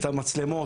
את המצלמות,